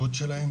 ההתמקצעות שלהן,